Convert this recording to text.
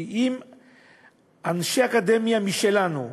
כי אם אנשי אקדמיה משלנו,